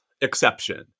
exception